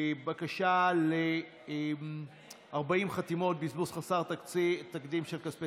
בקשה ב-40 חתימות: בזבוז חסר תקדים של כספי